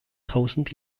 tausend